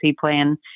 plan